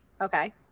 Okay